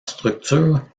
structure